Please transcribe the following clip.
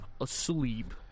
asleep